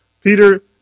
Peter